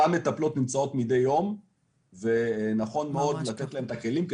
אותן מטפלות נמצאות מדי יום ונכון מאוד לתת להן את הכלים,